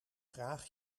graag